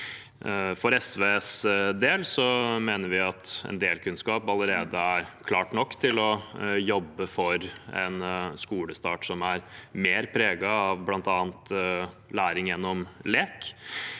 For SVs del mener vi at en del kunnskap allerede viser at man nok er klar til å jobbe for en skolestart som er mer preget av bl.a. læring gjennom lek.